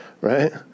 right